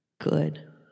Good